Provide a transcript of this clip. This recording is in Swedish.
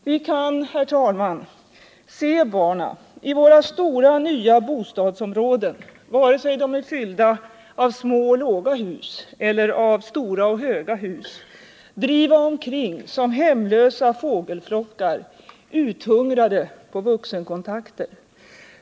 Vi kan, herr talman, se barnen i våra stora nya bostadsområden — vare sig de är fyllda av små och låga hus eller av stora och höga hus — driva omkring som hemlösa fågelflockar, uthungrade på vuxenkontakter.